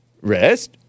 Rest